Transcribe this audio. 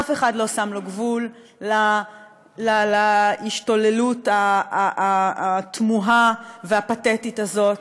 אף אחד לא שם גבול להשתוללות התמוהה והפתטית הזאת,